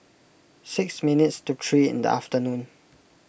six minutes to three in the afternoon